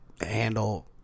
handle